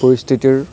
পৰিস্থিতিৰ